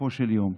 בסופו של יום.